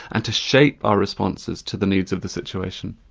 and to shape our responses to the needs of the situation.